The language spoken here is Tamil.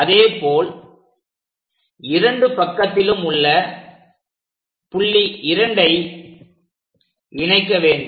அதேபோல் இரண்டு பக்கத்திலும் உள்ள புள்ளி 2ஐ இணைக்க வேண்டும்